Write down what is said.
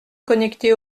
connecter